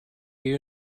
you